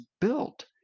built